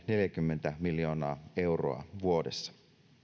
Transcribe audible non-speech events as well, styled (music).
(unintelligible) neljäkymmentä miljoonaa euroa vuodessa